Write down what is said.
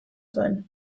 zuen